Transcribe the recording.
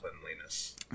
cleanliness